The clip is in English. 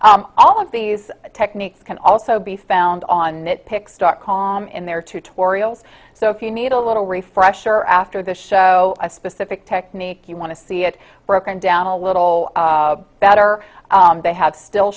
knitting all of these techniques can also be found on nit picks dot com in their tutorials so if you need a little refresher after the show a specific technique you want to see it broken down a little better they have still